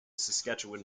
saskatchewan